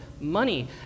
money